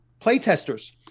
playtesters